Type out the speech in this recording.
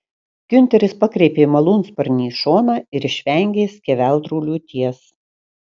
giunteris pakreipė malūnsparnį į šoną ir išvengė skeveldrų liūties